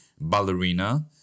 ballerina